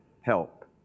help